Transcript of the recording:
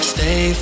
Stay